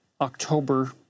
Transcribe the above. October